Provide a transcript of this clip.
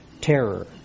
Terror